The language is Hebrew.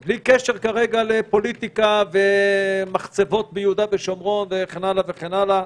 בלי קשר כרגע לפוליטיקה ולמחצבות ביהודה ושומרון וכן הלאה וכן הלאה.